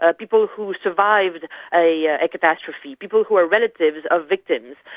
ah people who survived a yeah catastrophe, people who are relatives of victims.